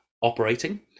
operating